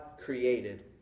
created